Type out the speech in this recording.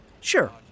sure